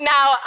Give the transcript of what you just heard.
Now